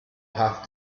have